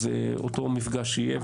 אותו מפגש שיהיה,